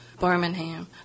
Birmingham